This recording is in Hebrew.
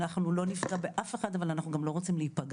אנחנו לא נפגע באף אחד אבל אנחנו גם לא רוצים להיפגע,